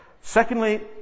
Secondly